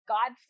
God